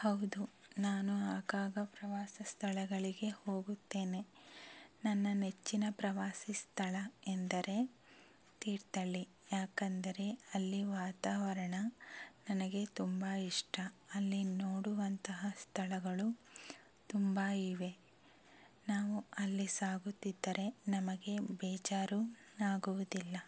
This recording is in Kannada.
ಹೌದು ನಾನು ಆಗಾಗ ಪ್ರವಾಸ ಸ್ಥಳಗಳಿಗೆ ಹೋಗುತ್ತೇನೆ ನನ್ನ ನೆಚ್ಚಿನ ಪ್ರವಾಸಿ ಸ್ಥಳ ಎಂದರೆ ತೀರ್ಥಳ್ಳಿ ಯಾಕಂದರೆ ಅಲ್ಲಿ ವಾತಾವರಣ ನನಗೆ ತುಂಬ ಇಷ್ಟ ಅಲ್ಲಿ ನೋಡುವಂತಹ ಸ್ಥಳಗಳು ತುಂಬ ಇವೆ ನಾವು ಅಲ್ಲಿ ಸಾಗುತ್ತಿದ್ದರೆ ನಮಗೆ ಬೇಜಾರು ಆಗುವುದಿಲ್ಲ